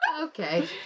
okay